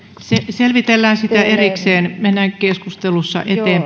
selvitellään sitä erikseen mennään keskustelussa